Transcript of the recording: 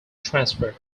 transfer